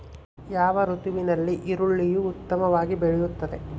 ಯಾವ ಋತುವಿನಲ್ಲಿ ಈರುಳ್ಳಿಯು ಉತ್ತಮವಾಗಿ ಬೆಳೆಯುತ್ತದೆ?